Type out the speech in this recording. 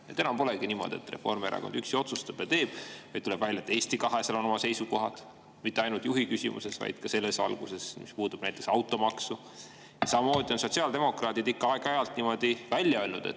Enam polegi niimoodi, et Reformierakond üksi otsustab ja teeb, vaid tuleb välja, et Eesti 200‑l on oma seisukohad mitte ainult juhi küsimuses, vaid ka selles valguses, mis puudutab näiteks automaksu. Samuti on sotsiaaldemokraadid ikka aeg-ajalt välja öelnud,